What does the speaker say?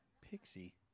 Pixie